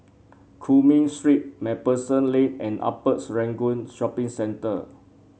Cumming Street MacPherson Lane and Upper Serangoon Shopping Centre